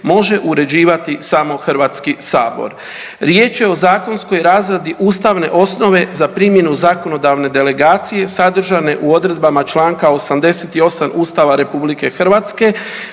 može uređivati samo HS. Riječ je o zakonskoj razradi ustavne osnove za primjenu zakonodavne delegacije sadržane u odredbama čl. 88. Ustava RH koja se